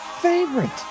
favorite